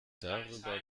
darüber